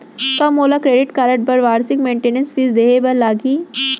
का मोला credit card बर वार्षिक मेंटेनेंस फीस देहे बर लागही?